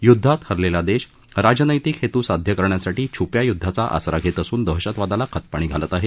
युध्दात हरलेला देश राजनैतिक हेतू साध्य करण्यासाठी छुप्या युध्दाचा आसरा घेत असून दहशतवादाला खतपाणी घालत आहे